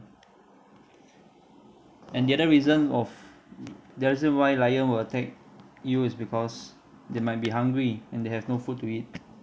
and the other reason of the reason why lion will attack you is because they might be hungry and they have no food to eat